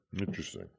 Interesting